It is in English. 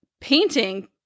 painting